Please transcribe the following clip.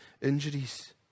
injuries